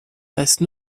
passe